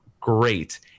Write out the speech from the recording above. great